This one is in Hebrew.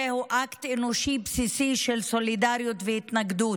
זהו אקט אנושי בסיסי של סולידריות והתנגדות,